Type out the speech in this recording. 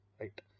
Right